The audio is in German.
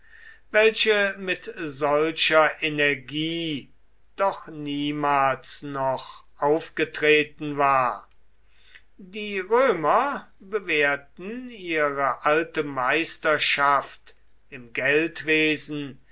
welche mit solcher energie doch niemals noch aufgetreten war die römer bewährten ihre alte meisterschaft im